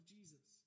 Jesus